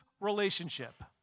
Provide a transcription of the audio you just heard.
relationship